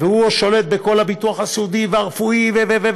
הוא שולט בכל הביטוח הסיעודי והרפואי ו-,